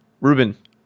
Ruben